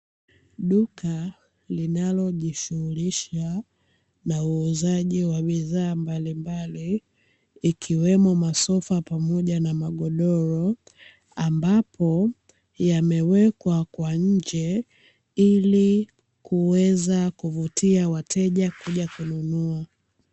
Duka linalojishughulisha na uuzaji wa bidhaa mbalimbali, ikiwemo masofa pamoja na magodoro. Ambapo yamewekwa kwa nje, ili kuweza kuvutia wateja kuja kununua.